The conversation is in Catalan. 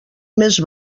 més